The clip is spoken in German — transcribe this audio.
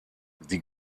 die